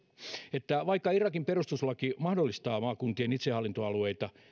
että vaikka irakin perustuslaki mahdollistaa maakuntien itsehallintoalueita